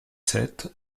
sept